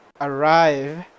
arrive